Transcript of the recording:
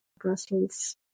Brussels